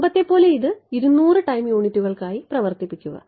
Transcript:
മുമ്പത്തെപ്പോലെ ഇത് 200 ടൈം യൂണിറ്റുകൾക്കായി പ്രവർത്തിപ്പിക്കുക